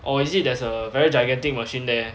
or is it there's a very gigantic machine there